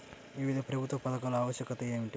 వివిధ ప్రభుత్వ పథకాల ఆవశ్యకత ఏమిటీ?